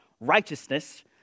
righteousness